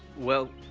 well,